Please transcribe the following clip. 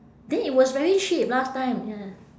then it was very cheap last time ya